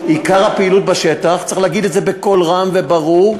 הפעילות בשטח צריך להגיד את זה בקול רם וברור,